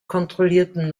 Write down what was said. kontrollierten